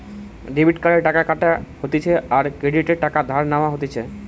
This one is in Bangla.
ডেবিট কার্ডে টাকা কাটা হতিছে আর ক্রেডিটে টাকা ধার নেওয়া হতিছে